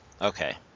Okay